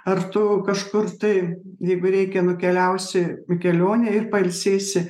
ar tu kažkur tai jeigu reikia nukeliausi į kelionę ir pailsėsi